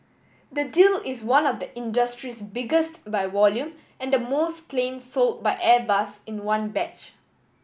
the deal is one of the industry's biggest by volume and most planes sold by Airbus in one batch